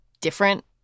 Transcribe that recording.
different